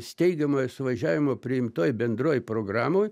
steigiamojo suvažiavimo priimtoj bendroj programoj